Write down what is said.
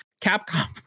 Capcom